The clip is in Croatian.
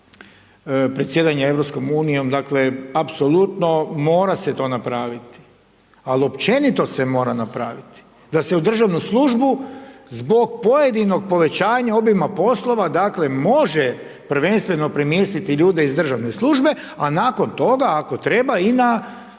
predsjedanja EU-om, dakle apsolutno mora se to napraviti ali općenito se mora napraviti da se u državnu službu zbog pojedinog povećanja obima poslova dakle može prvenstveno premjestiti ljude iz državne službe a nakon toga ako treba i na